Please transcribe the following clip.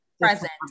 present